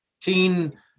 teen